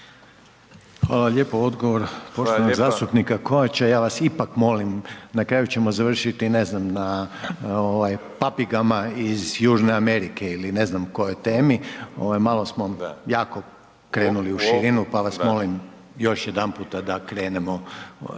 Hvala lijepo. Odgovor poštovanog zastupnika Kovača. Ja vas ipak molim, na kraju ćemo završiti, ne znam na papigama iz Južne Amerike ili ne znam kojoj temi, malo smo, jako krenuli u širinu pa vas molim još jedanput da krenemo